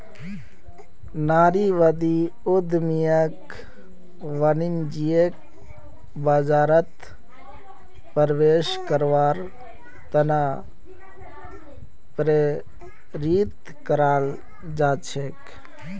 नारीवादी उद्यमियक वाणिज्यिक बाजारत प्रवेश करवार त न प्रेरित कराल जा छेक